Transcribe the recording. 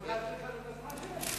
יכולת להעביר לנו את הזמן שלהם.